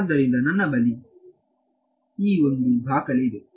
ಆದ್ದರಿಂದ ನನ್ನ ಬಳಿ ಒಂದು ದಾಖಲೆ ಇದೆ